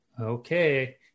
okay